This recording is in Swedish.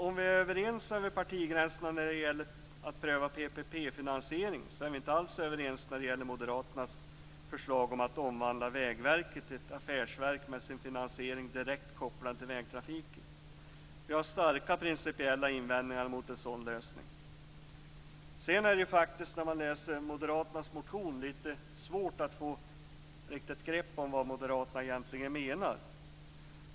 Om vi är överens över partigränserna när det gäller att pröva PPP-finansiering är vi inte alls överens när det gäller Moderaternas förslag om att omvandla Vägverket till ett affärsverk med sin finansiering direkt kopplad till vägtrafiken. Vi har starka principiella invändningar mot en sådan lösning. Sedan är det ju faktiskt när man läser Moderaternas motion lite svårt att få grepp om vad Moderaterna egentligen menar.